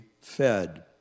fed